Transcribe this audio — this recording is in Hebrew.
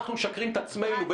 אנחנו משקרים את עצמנו.